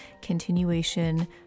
continuation